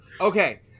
Okay